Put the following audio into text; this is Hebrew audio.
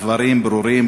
דברים ברורים,